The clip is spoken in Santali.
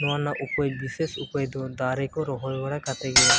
ᱱᱚᱣᱟ ᱨᱮᱱᱟᱜ ᱩᱯᱟᱹᱭ ᱵᱤᱥᱮᱥ ᱩᱯᱟᱹᱭ ᱫᱚ ᱫᱟᱨᱮᱠᱚ ᱨᱚᱦᱚᱭ ᱵᱟᱲᱟ ᱠᱟᱛᱮᱫ ᱜᱮ